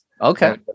Okay